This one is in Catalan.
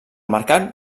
mercat